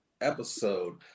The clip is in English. episode